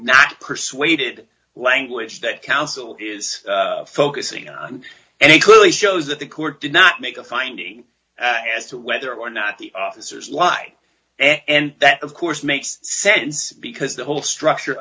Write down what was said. not persuaded language that counsel is focusing on and he clearly shows that the court did not make a finding as to whether or not the officers lie and that of course makes sense because the whole structure